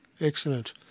Excellent